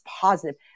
positive